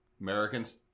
Americans